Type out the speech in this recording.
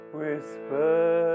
whisper